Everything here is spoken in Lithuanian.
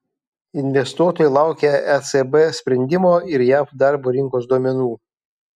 investuotojai laukia ecb sprendimo ir jav darbo rinkos duomenų